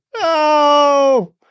no